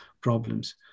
problems